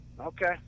Okay